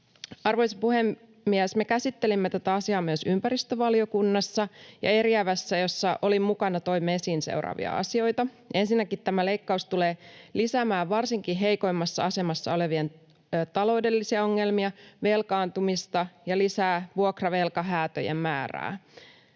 Arvoisa puhemies! Me käsittelimme tätä asiaa myös ympäristövaliokunnassa, ja eriävässä, jossa olin mukana, toimme esiin seuraavia asioita. Ensinnäkin tämä leikkaus tulee lisäämään varsinkin heikoimmassa asemassa olevien taloudellisia ongelmia, velkaantumista ja vuokravelkahäätöjen määrää.